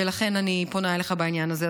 ולכן אני פונה אליך בעניין הזה.